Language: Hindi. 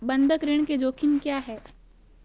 बंधक ऋण के जोखिम क्या हैं?